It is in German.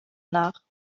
nach